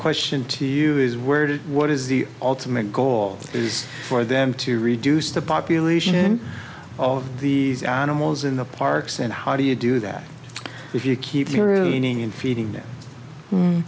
question to you is worded what is the ultimate goal is for them to reduce the population of the animals in the parks and how do you do that if you keep your ruining and feeding them